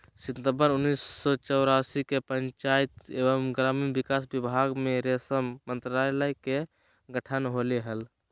सितंबर उन्नीस सो चौरासी के पंचायत एवम ग्रामीण विकास विभाग मे रेशम मंत्रालय के गठन होले हल,